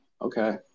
Okay